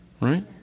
Right